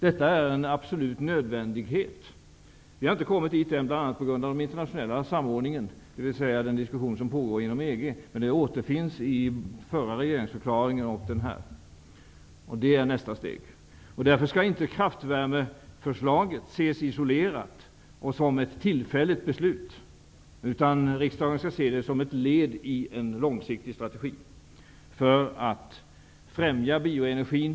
Detta är en absolut nödvändighet. Vi har inte kommit dit än, bl.a. på grund av den internationella samordningen, dvs. den diskussion som pågår inom EG. Men det återfinns i den förra regeringsförklaringen och i den här. Det är nästa steg. Därför skall inte kraftvärmeförslaget ses isolerat och som ett tillfälligt beslut. Riksdagen skall se det som ett led i en långsiktig strategi för att främja bioenergin.